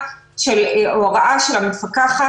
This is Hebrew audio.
לרעה של הוראה של המפקחת.